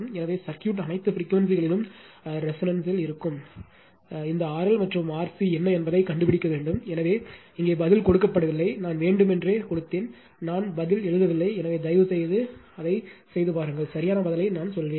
எனவே சர்க்யூட் அனைத்து பிரிக்வேன்சிகளிலும் ரெசோனன்ஸ் இருக்கும்